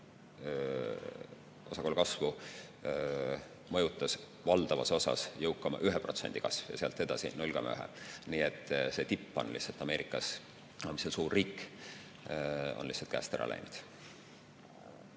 osakaalu kasvu mõjutas valdavas osas jõukama 1% kasv ja sealt edasi 0,1%. Nii et see tipp on Ameerikas, mis on suurriik, lihtsalt käest ära läinud.